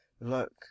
Look